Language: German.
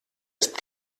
ist